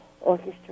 orchestra